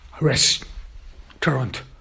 restaurant